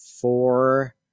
four